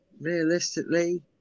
realistically